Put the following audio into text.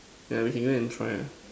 yeah we can go and try ah